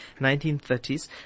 1930s